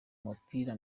mupira